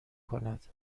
کند